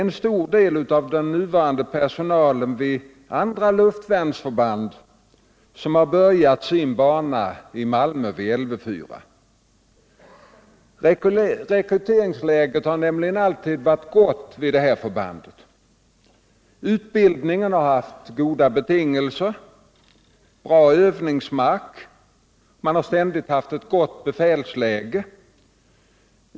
En stor del av nuvarande personal vid andra luftvärnsförband har börjat sin bana i Malmö vid Lv 4. Rekryteringsläget har nämligen alltid varit gott vid detta förband. Utbildningen har också haft goda betingelser: bra övningsmark och ett ständigt gott befälsläge.